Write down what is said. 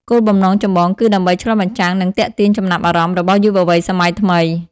គោលបំណងចម្បងគឺដើម្បី ឆ្លុះបញ្ចាំង និង ទាក់ទាញ ចំណាប់អារម្មណ៍របស់យុវវ័យសម័យថ្មី។